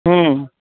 হুম